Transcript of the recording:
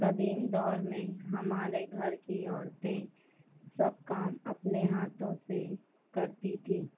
قدیم دور میں ہمارے گھر کی عورتیں سب کام اپنے ہاتھوں سے کرتی تھیں